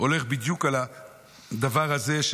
הולך בדיוק על הדבר הזה.